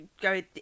go